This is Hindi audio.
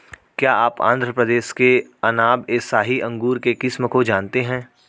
क्या आप आंध्र प्रदेश के अनाब ए शाही अंगूर के किस्म को जानते हैं?